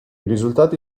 risultati